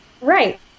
Right